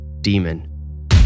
DEMON